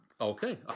Okay